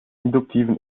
induktiven